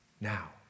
now